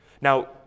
Now